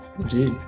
Indeed